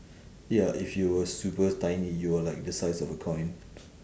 ya if you were super tiny you are like the size of a coin